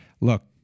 look